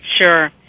Sure